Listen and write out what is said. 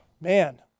Man